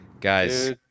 Guys